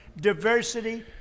diversity